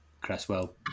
Cresswell